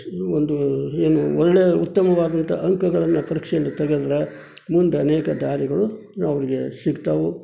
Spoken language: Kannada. ಸ್ ಒಂದು ಏನು ಒಳ್ಳೆಯ ಉತ್ತಮವಾದಂಥ ಅಂಕಗಳನ್ನು ಪರೀಕ್ಷೆಯಲ್ಲಿ ತೆಗೆದ್ರೆ ಮುಂದೆ ಅನೇಕ ದಾರಿಗಳು ಅವರಿಗೆ ಸಿಗ್ತಾವು